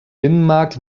binnenmarkt